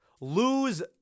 lose